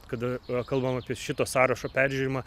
kada kalbam apie šito sąrašo peržiūrėjimą